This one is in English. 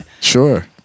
Sure